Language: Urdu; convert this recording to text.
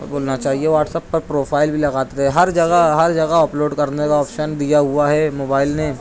اور بولنا چاہیے واٹس اپ پر پروفائل بھی لگاتے تھے ہر جگہ ہر جگہ اپلوڈ کرنے کا آپشن دیا ہوا ہے موبائل نے